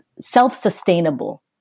self-sustainable